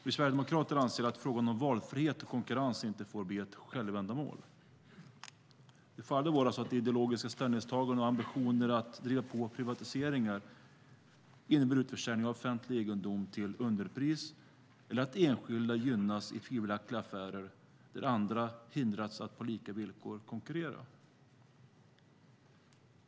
Herr talman! Vi sverigedemokrater anser att frågan om valfrihet och konkurrens inte får bli ett självändamål. Det får aldrig vara så att ideologiska ställningstanden och ambitioner att driva på privatiseringar innebär utförsäljningar av offentlig egendom till underpris eller att enskilda gynnas i tvivelaktiga affärer där andra hindrats att på lika villkor konkurrera.